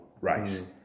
race